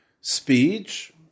Speech